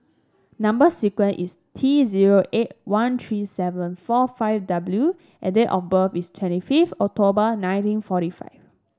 number sequence is T zero eight one three seven four five W and date of birth is twenty fifth October nineteen forty five